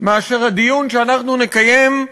מאשר הדיון שאנחנו נקיים,